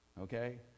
okay